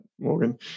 Morgan